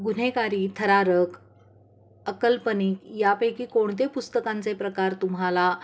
गुन्हेगारी थरारक अकाल्पनिक यापैकी कोणते पुस्तकांचे प्रकार तुम्हाला